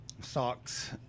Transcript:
socks